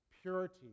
Purity